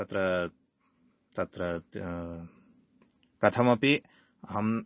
तत्र तत्र कथमपि अहम्